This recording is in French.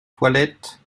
toilettes